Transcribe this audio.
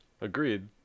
Agreed